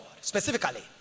specifically